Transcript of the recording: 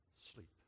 sleep